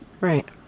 Right